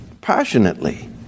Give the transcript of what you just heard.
passionately